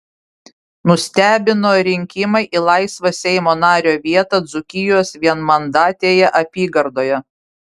nustebino rinkimai į laisvą seimo nario vietą dzūkijos vienmandatėje apygardoje